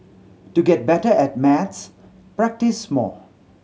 to get better at maths practise more